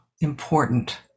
important